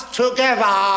together